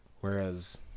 Whereas